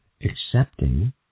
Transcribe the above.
Accepting